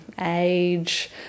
age